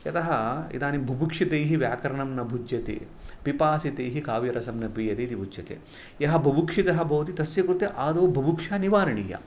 यतः इदानीं बुभुक्षितैः व्याकरणं न भुज्यते पिपासितैः काव्यरसं न पीयते इति उच्यते यः बुभुक्षितः भवति तस्य कृते आदौ बुभुक्षा निवारणीया